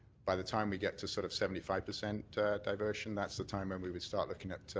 by the time we get to sort of seventy five percent diversion, that's the time and we would start looking at